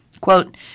Quote